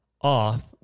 off